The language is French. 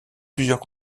plusieurs